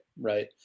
right